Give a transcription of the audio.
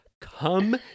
come